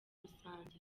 rusange